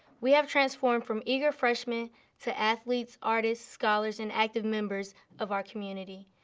we have transformed from eager freshmen to athletes, artists, scholars and active members of our community.